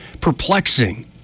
perplexing